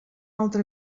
altra